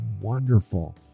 wonderful